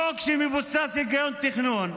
חוק שמבוסס על היגיון תכנון.